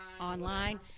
online